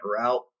route